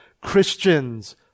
Christians